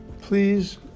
Please